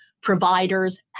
providers